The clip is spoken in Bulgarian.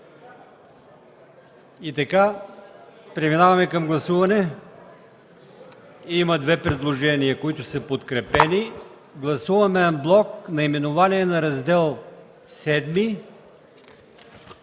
Няма. Преминаваме към гласуване. Има две предложения, които са подкрепени. Гласуваме анблок наименованието на Раздел